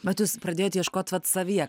bet jūs pradėjot ieškot savyje